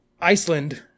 Iceland